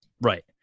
Right